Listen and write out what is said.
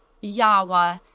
Yahweh